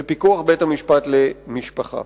בפיקוח בית-המשפט למשפחה.